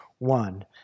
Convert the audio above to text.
One